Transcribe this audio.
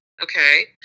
okay